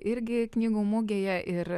irgi knygų mugėje ir